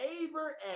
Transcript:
neighbor